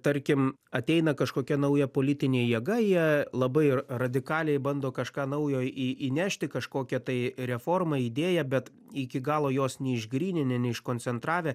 tarkim ateina kažkokia nauja politinė jėga jie labai ir radikaliai bando kažką naujo į įnešti kažkokią tai reformą idėją bet iki galo jos neišgryninę ne iš koncentravę